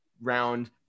round